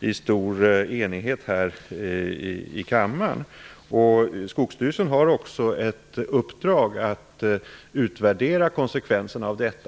i stor enighet här i kammaren. Skogsstyrelsen har också ett uppdrag att utvärdera konsekvenserna av detta.